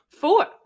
Four